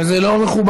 וזה לא מכובד.